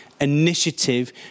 initiative